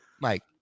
Mike